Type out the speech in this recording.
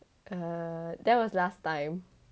err that was last time